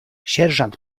sierżant